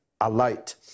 alight